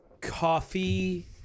coffee